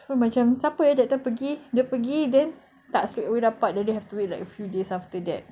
macam siapa eh that time pergi dia pergi then tak straight away dapat then they have to wait like a few days after that